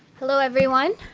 hello, everyone.